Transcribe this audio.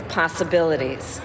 possibilities